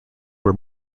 were